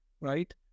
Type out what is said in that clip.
right